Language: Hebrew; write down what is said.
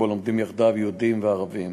שבו לומדים יחדיו יהודים וערבים.